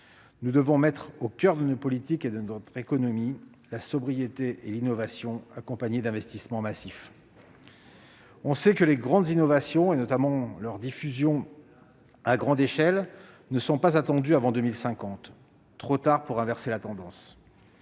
Nous devons mettre au coeur de nos politiques et de notre économie la sobriété et l'innovation et prévoir à cet effet des investissements massifs. On sait que les grandes innovations, notamment leur diffusion à grande échelle, ne sont pas attendues avant 2050. Il sera alors trop tard pour inverser la tendance.